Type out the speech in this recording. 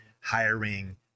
hiring